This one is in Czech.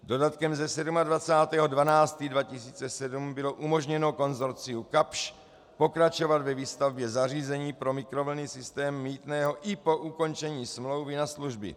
Dodatkem ze 27. 12. 2007 bylo umožněno konsorciu Kapsch pokračovat ve výstavbě zařízení pro mikrovlnný systém mýtného i po ukončení smlouvy na služby.